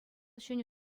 ҫӗнӗ